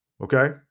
Okay